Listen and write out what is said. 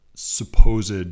Supposed